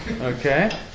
okay